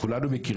כולנו מכירים,